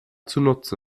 zunutze